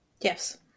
Yes